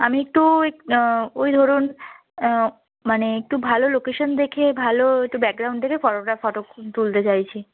আমি একটু ওই ওই ধরুন মানে একটু ভালো লোকেশান দেখে ভালো একটু ব্যাকগ্রাউন্ড দেখে ফটোটা ফটো তুলতে চাইছি